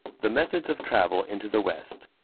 the methods of travel into the west.